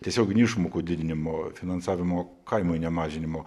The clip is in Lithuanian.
tiesioginių išmokų didinimo finansavimo kaimui nemažinimo